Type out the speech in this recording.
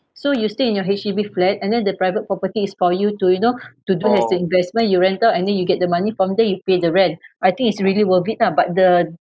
so you stay in your H_D_B flat and then the private property is for you to you know to do it as an investment you rent out and then you get the money from there you pay the rent I think it's really worth it lah but the